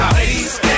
ladies